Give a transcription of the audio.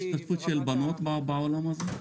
יש השתתפות של בנות בעולם הזה?